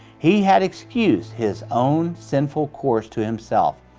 he had excused his own sinful course to himself,